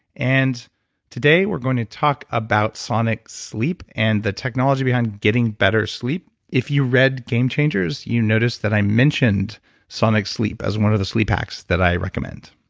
and today, we're going to talk about sonic sleep and the technology behind getting better sleep. if you read game changers, you noticed that i mentioned sonic sleep as one of the sleep hacks that i recommend.